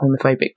homophobic